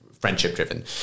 friendship-driven